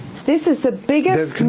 this is the biggest